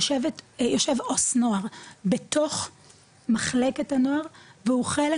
יושב עו"ס נוער בתוך מחלקת הנוער והוא חלק